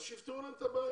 שיפתרו להם את הבעיה.